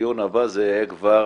הדיון הבא זה יהיה כבר